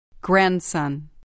Grandson